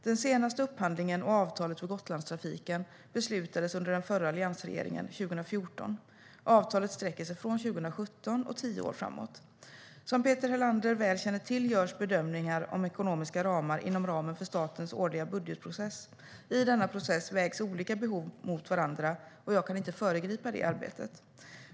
Den senaste upphandlingen och avtalet för Gotlandstrafiken beslutades under den förra alliansregeringen 2014. Avtalet sträcker sig från 2017 och tio år framåt. Som Peter Helander väl känner till görs bedömningar om ekonomiska ramar inom ramen för statens årliga budgetprocess. I denna process vägs olika behov mot varandra, och jag kan här inte föregripa det arbetet.